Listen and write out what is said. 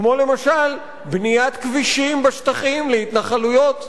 כמו למשל לבניית כבישים בשטחים להתנחלויות.